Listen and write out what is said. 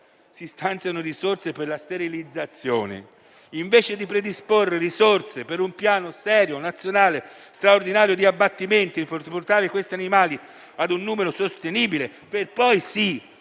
Si stanziano risorse per la sterilizzazione, invece di predisporre risorse per un serio piano nazionale straordinario di abbattimenti, al fine di portare quegli animali a un numero sostenibile, per poi